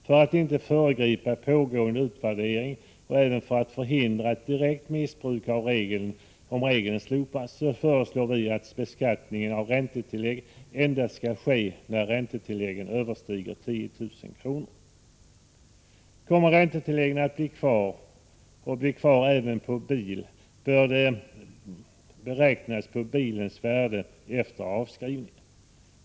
För att inte föregripa pågående utvärdering, och även för att förhindra ett direkt missbruk om regeln slopas, föreslår vi att beskattning av räntetillägg endast skall ske när räntetilläggen överstiger 10 000 kr. Kommer räntetilläggen att bli kvar, och bli kvar även på bil, bör de beräknas på bilens värde efter avskrivning.